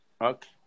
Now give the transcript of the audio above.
Okay